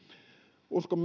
uskon